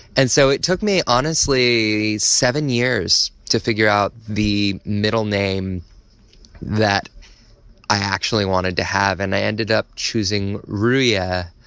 and so it took me honestly seven years to figure out the middle name that i actually wanted to have, and i ended up choosing ruya,